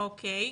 או.קיי.